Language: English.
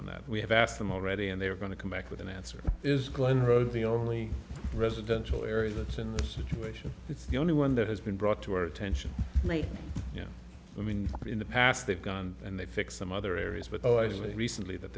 on that we have asked them already and they are going to come back with an answer is glenroe the only residential area that's in this situation it's the only one that has been brought to our attention like you know i mean in the past they've done and they fix some other areas but i just recently that